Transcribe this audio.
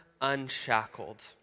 unshackled